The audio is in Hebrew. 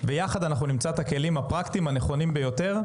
ויחד נמצא את הכלים הפרקטיים הנכונים ביותר,